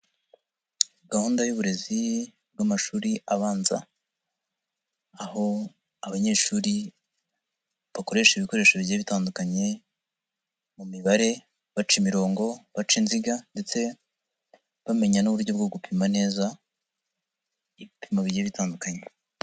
Gahunda y'uburezi bw'amashuri abanza aho abanyeshuri bakoresha ibikoresho bigiya bitandukanye mu mibare baca imirongo, baca inziga ndetse bamenya n'uburyo bwo gupima neza ibipimo bigiye bitandukanye.